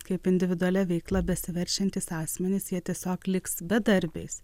kaip individualia veikla besiverčiantys asmenys jie tiesiog liks bedarbiais